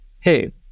hey